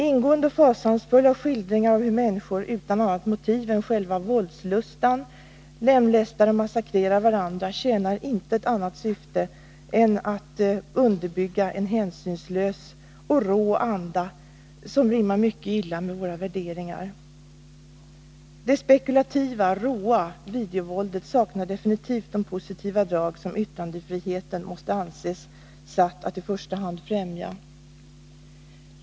Ingående och fasansfulla skildringar av hur människor utan annat motiv än själva våldslustan lemlästar och massakrerar varandra tjänar intet annat syfte än att underbygga en hänsynslös och rå anda, som rimmar mycket illa med våra värderingar. Det spekulativa, råa videovåldet saknar definitivt de positiva drag som yttrandefriheten måste anses i första hand främja.